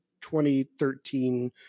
2013